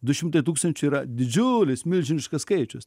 du šimtai tūkstančių yra didžiulis milžiniškas skaičius